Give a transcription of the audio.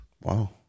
Wow